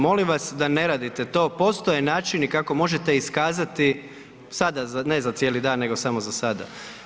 Molim vas da ne radite to, postoje načini kako možete iskazati, sada, ne za cijeli dan nego samo za zada.